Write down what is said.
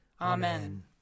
Amen